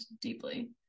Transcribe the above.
deeply